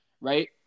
right